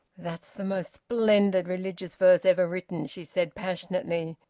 that's the most splendid religious verse ever written! she said passionately.